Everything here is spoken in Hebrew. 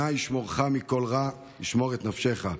ה' ישמרך מכל רע ישמר את נפשך.